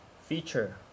Feature